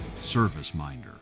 ServiceMinder